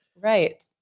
Right